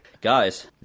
Guys